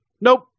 Nope